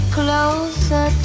closer